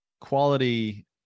quality